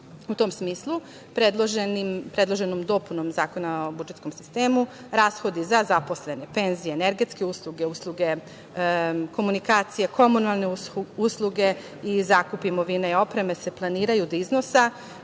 U tom smislu, predloženom dopunom Zakona o budžetskom sistemu rashodi za zaposlene, penzije, energetske usluge, usluge komunikacija, komunalne usluge i zakup imovine i opreme se planiraju do iznosa